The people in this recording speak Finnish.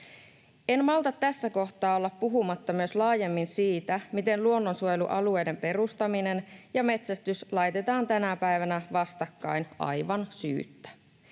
En malta tässä kohtaa olla puhumatta myös laajemmin siitä, miten luonnonsuojelualueiden perustaminen ja metsästys laitetaan tänä päivänä vastakkain aivan syyttä.